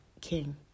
king